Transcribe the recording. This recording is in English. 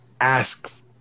ask